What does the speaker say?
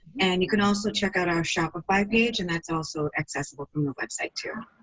and you can also check out our shopify page and that's also accessible from the website too.